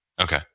Okay